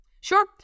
Sure